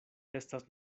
estas